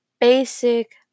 basic